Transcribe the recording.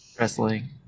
wrestling